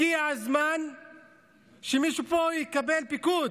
הגיע הזמן שמישהו פה יקבל פיקוד